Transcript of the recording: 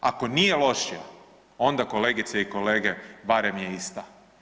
Ako nije lošija, onda kolegice i kolege, barem je ista.